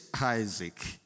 Isaac